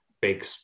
big